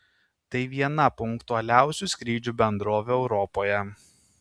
tai viena punktualiausių skrydžių bendrovių europoje